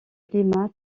climat